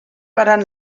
faran